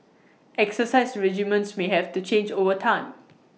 exercise regimens may have to change over time